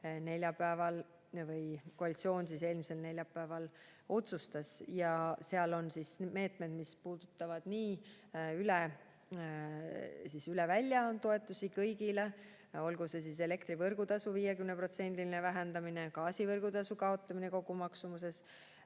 koalitsioon eelmisel neljapäeval otsustas. Seal on need meetmed, mis puudutavad nii üleväljatoetusi kõigile, olgu see elektri võrgutasu 50%‑line vähendamine, gaasi võrgutasu kaotamine kogumaksumusega